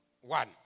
one